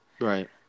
Right